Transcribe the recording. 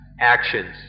actions